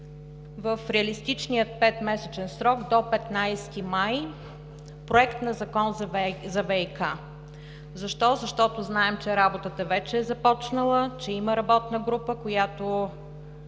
в реалистичен петмесечен срок – до 15 май, Проектозакон за ВиК. Защо? Защото знаем, че работата вече е започнала, че има работна група, която